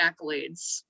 accolades